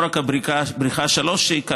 לא רק בריכה 3 קרסה,